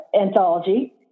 anthology